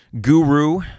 guru